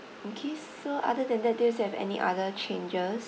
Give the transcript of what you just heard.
okay so other that do you still have any other changes